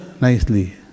nicely